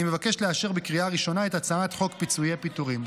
אני מבקש לאשר בקריאה ראשונה את הצעת חוק פיצויי פיטורים.